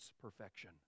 perfection